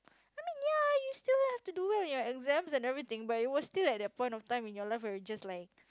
I mean ya you still have to do well in your exams and everything but it was still at that point of time in your life where you just like